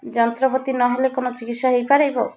ଯନ୍ତ୍ରପାତି ନହେଲେ କ'ଣ ଚିକିତ୍ସା ହେଇପାରିବ